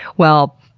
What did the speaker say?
well,